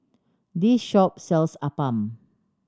this shop sells Appam